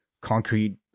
concrete